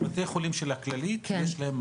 בבתי החולים של הכללית יש.